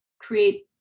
create